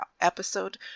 episode